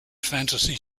fantasy